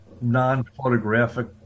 non-photographic